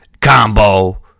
Combo